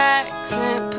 accent